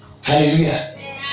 hallelujah